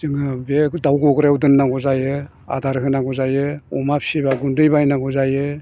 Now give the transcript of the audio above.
जोङो बे दाव गग्रायाव दोननांगौ जायो आदार होनांगौ जायो अमा फिसियोब्ला गुन्दै बायनांगौ जायो